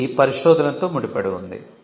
ఇది పరిశోధనతో ముడిపడి ఉంది